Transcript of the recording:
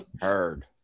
Heard